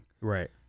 Right